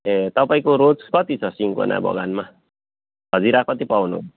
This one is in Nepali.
ए तपाईँको रोज कति छ सिन्कोना बगानमा हजिरा कति पाउनु